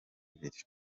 ibiri